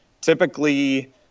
typically